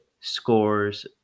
scores